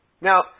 Now